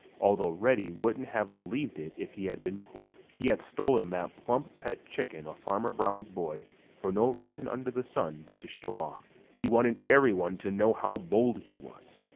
although reddy wouldn't have believed it if he had been told. he had stolen that plump pet chicken of farmer brown's boy for no reason under the sun but to show off. he wanted everyone to know how bold he was.